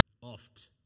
oft